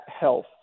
health